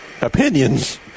opinions